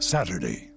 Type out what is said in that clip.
Saturday